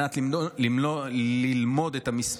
על מנת ללמוד את המשרדים,